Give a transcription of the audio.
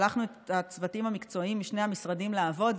שלחנו את הצוותים המקצועיים משני המשרדים לעבוד,